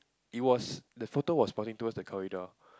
it was the photo was pointing towards the corridor